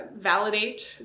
Validate